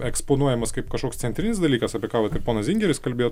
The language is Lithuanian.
eksponuojamas kaip kažkoks centrinis dalykas apie ką vat ir ponas zingeris kalbėjo